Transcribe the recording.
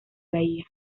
bahía